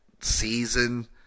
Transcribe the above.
season